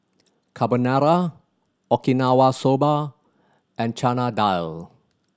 Carbonara Okinawa Soba and Chana Dal